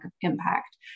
impact